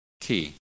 Key